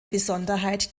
besonderheit